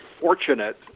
fortunate